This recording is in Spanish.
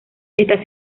está